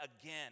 again